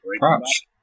Props